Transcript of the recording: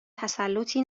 تسلّطی